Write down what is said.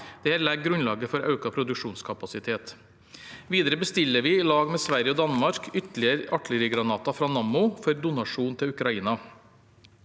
Dette legger grunnlaget for økt produksjonskapasitet. Videre bestiller vi, sammen med Sverige og Danmark, ytterligere artillerigranater fra Nammo for donasjon til Ukraina.